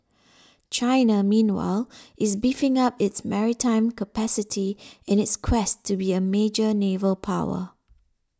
China meanwhile is beefing up its maritime capacity in its quest to be a major naval power